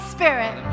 Spirit